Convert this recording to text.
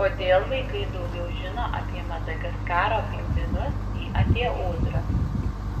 kodėl vaikai daugiau žino apie madagaskaro pingvinus nei apie ūdras